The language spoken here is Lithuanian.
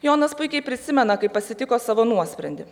jonas puikiai prisimena kaip pasitiko savo nuosprendį